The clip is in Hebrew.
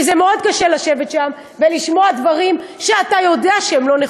כי זה מאוד קשה לשבת שם ולשמוע דברים שאתה יודע שהם לא נכונים.